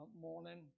morning